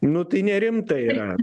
nu tai nerimta yra